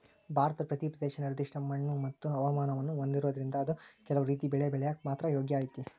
ಭಾರತದ ಪ್ರತಿ ಪ್ರದೇಶ ನಿರ್ದಿಷ್ಟ ಮಣ್ಣುಮತ್ತು ಹವಾಮಾನವನ್ನ ಹೊಂದಿರೋದ್ರಿಂದ ಅದು ಕೆಲವು ರೇತಿ ಬೆಳಿ ಬೆಳ್ಯಾಕ ಮಾತ್ರ ಯೋಗ್ಯ ಐತಿ